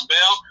Bell